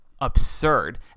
absurd